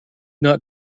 not